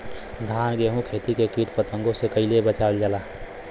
धान गेहूँक खेती के कीट पतंगों से कइसे बचावल जाए?